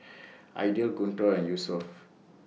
Aidil Guntur and Yusuf